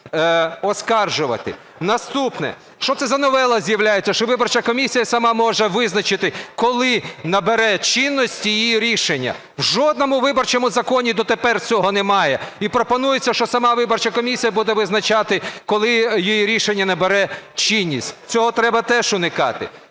Наступне. Що це за новела з'являється, що виборча комісія сама може визначити, коли набере чинності її рішення? В жодному виборчому законі дотепер цього немає. І пропонується, що сама виборча комісія буде визначати, коли її рішення набере чинність. Цього треба теж уникати.